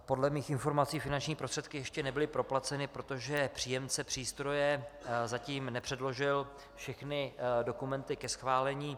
Podle mých informací finanční prostředky ještě nebyly proplaceny, protože příjemce přístroje zatím nepředložil všechny dokumenty ke schválení.